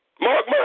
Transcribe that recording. Mark